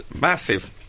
massive